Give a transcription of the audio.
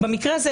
במקרה הזה,